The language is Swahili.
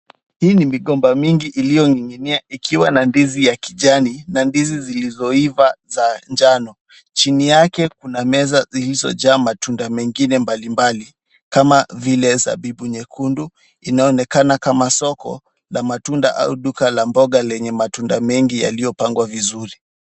Hii ni migomba mingi iliyoning'inia ikiwa na ndizi ya kijani na ndizi zilizoiva za njano. Chini yake Kuna meza zilizojaa matunda mengine mbalimbali kama vile zabibu nyekundu inayoonekana kama soko la matunda au duka la mboga lenye matunda mengi yaliyopangwa vizuri.